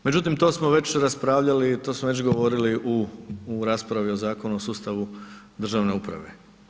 Međutim, to smo već raspravljali i to smo već govorili u raspravi o Zakonu o sustavu državne uprave.